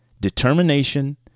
determination